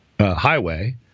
highway